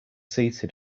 seated